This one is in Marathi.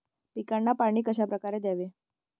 पिकांना पाणी कशाप्रकारे द्यावे?